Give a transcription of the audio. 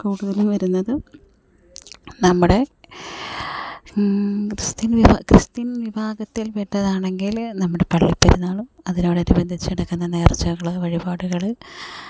കൂടുതൽ വരുന്നത് നമ്മുടെ ക്രിസ്ത്യൻ വിഭാ ക്രിസ്ത്യൻ വിഭാഗത്തിൽപ്പെട്ടതാണെങ്കിൽ നമ്മുടെ പള്ളിപ്പെരുന്നാളും അതിനോടനുബന്ധിച്ചെടുക്കുന്ന നേർച്ചകൾ വഴിപാടുകൾ